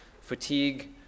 fatigue